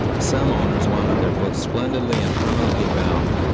some owners wanted their books splendidly and permanently bound.